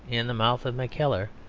in the mouth of mackellar,